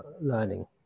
learning